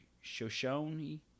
Shoshone